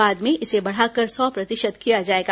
बाद में इसे बढ़ाकर सौ प्रतिशत किया जाएगा